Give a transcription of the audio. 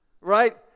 right